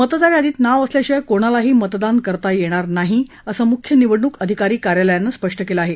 मतदार यादीत नाव सल्याशिवाय कोणालाही मतदान करता येणार नाही सं मुख्य निवडणूक धिकारी कार्यालयानं स्पष्ट केलं आहे